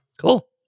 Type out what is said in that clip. Cool